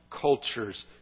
cultures